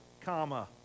comma